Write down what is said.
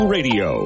Radio